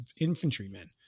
infantrymen